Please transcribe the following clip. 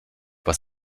was